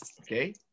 Okay